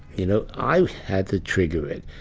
you know, i had to trigger it.